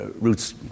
roots